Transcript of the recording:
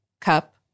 cup